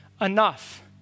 enough